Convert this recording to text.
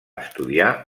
estudiar